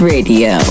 Radio